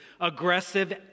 aggressive